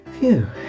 Phew